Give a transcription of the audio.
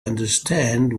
understand